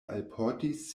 alportis